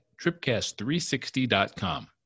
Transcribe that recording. TripCast360.com